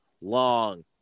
long